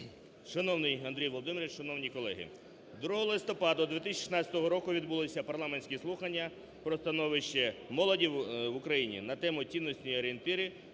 Шановний Андрій Володимирович, шановні колеги! 2 листопада 2016 року відбулися парламентські слухання про становище молоді в Україні на тему: "Цінності і орієнтири